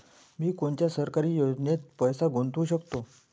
मी कोनच्या सरकारी योजनेत पैसा गुतवू शकतो?